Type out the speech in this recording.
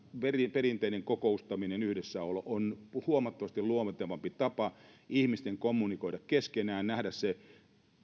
perinteinen kokoustaminen yhdessäolo on huomattavasti luontevampi tapa ihmisten kommunikoida keskenään nähdä se